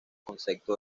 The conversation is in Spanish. concepto